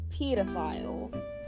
pedophiles